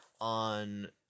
on